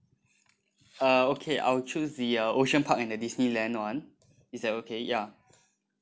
uh okay I'll choose the uh ocean park and the Disneyland [one] is that okay ya